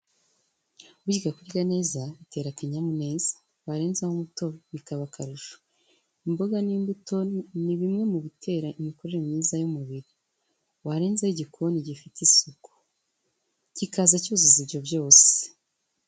Kwiga kurya neza bitera akanyamuneza, warenzaho umutobe bikaba akarusho, imboga n'imbuto ni bimwe mu bitera imikorere myiza y'umubiri, warenzeho igikoni gifite isuku kikaza cyuzuza ibyo byose.